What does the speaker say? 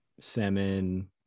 salmon